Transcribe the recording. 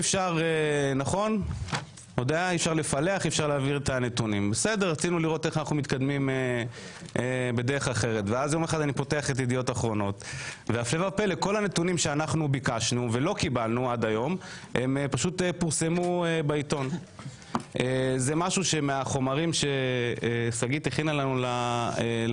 מקבל ואז פותח את העיתון ורואה שמה שהוא ביקש מופיע בעיתון.